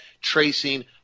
tracing